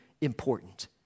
important